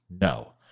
No